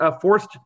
forced